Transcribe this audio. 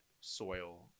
soil